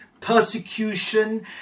persecution